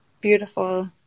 Beautiful